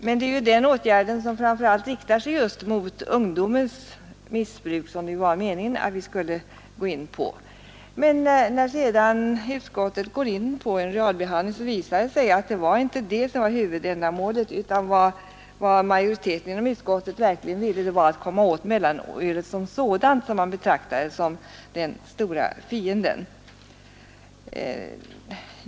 Den åtgärden riktar sig framför allt mot ungdomens missbruk, som det var meningen att vi skulle gå in på. Men när utskottet började realbehandlingen, visade det sig att det inte var detta som var huvudändamålet, utan vad majoriteten inom utskottet verkligen ville var att komma åt mellanölet som sådant, eftersom det betraktades som den stora fienden.